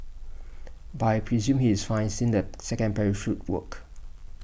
but I presume he is fine since the second parachute worked